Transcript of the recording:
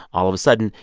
all of a sudden,